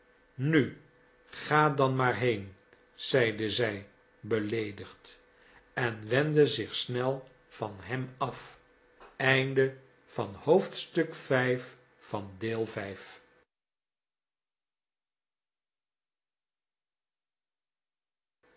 nu ga dan maar heen zeide zij beleedigd en wendde zich snel van hem af